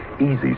Easy